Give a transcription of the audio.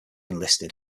enlisted